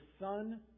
Son